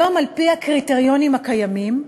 היום, על-פי הקריטריונים הקיימים,